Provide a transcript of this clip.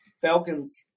Falcons